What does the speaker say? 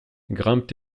grimpent